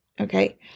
okay